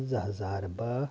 पंज हज़ार ॿ